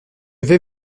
vais